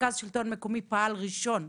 מרכז שלטון מקומי פעל ראשון,